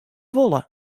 wolle